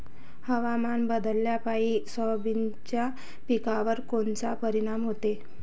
हवामान बदलापायी सोयाबीनच्या पिकावर कोनचा परिणाम होते?